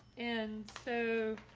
and so,